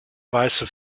weiße